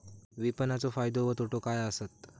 विपणाचो फायदो व तोटो काय आसत?